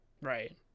Right